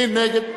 מי נגד?